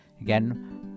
Again